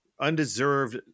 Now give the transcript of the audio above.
undeserved